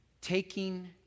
taking